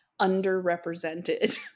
underrepresented